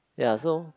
ya so